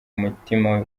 mutima